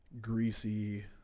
greasy